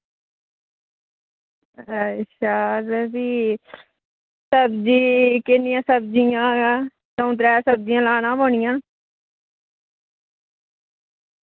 अच्छा ते फ्ही सब्जी किन्नियां सब्जियां दऊं त्रै सब्जियां लाना पौनियां